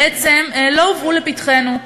בעצם לא הובאו לפתחנו,